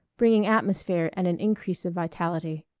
bringing atmosphere and an increase of vitality.